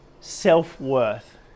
self-worth